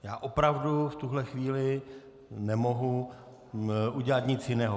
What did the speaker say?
Já opravdu v tuhle chvíli nemohu udělat nic jiného.